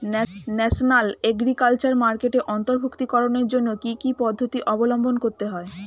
National agriculture মার্কেটে অন্তর্ভুক্তিকরণের জন্য কি কি পদ্ধতি অবলম্বন করতে হয়?